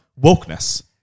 wokeness